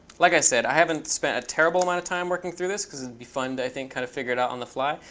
like i said, i haven't spent a terrible amount of time working through this, because it'd be fun to i think kind of figure it out on the fly.